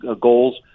goals